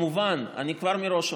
אני אומר מראש,